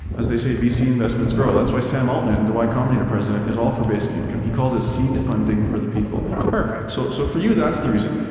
as they say, vc investments grow. that's why sam altman, the y combinator and president, is all for basic income. he calls it seed funding for the people perfect. so, so for you, that's the reason.